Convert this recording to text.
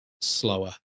slower